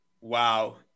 Wow